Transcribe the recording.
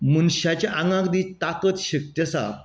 मनशाच्या आगांत जी ताकद शक्त आसा